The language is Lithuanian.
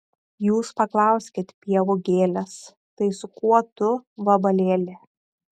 jūs paklauskit pievų gėlės tai su kuo tu vabalėli